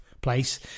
Place